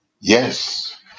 Yes